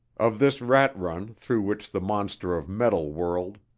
of this rat-run through which the monster of metal whirled,